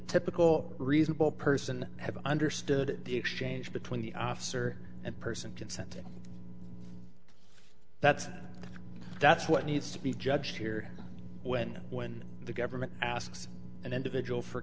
typical reasonable person have understood the exchange between the officer and person consenting that that's what needs to be judged here when when the government asks an individual for